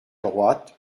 droite